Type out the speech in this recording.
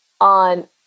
on